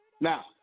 Now